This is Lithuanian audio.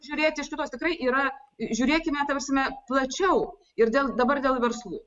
žiūrėti iš kitos tikrai yra žiūrėkime ta prasme plačiau ir dėl dabar dėl verslų